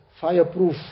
fireproof